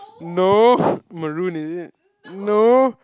no maroon is it no